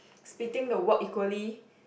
splitting the work equally